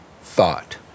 thought